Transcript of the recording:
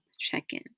check-in